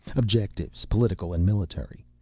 objectives, political and military.